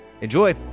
Enjoy